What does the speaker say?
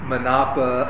Manapa